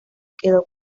quedó